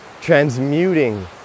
Transmuting